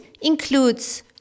includes